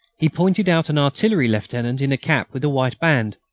he pointed out an artillery lieutenant, in a cap with a white band,